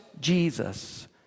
Jesus